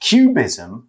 Cubism